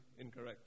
incorrect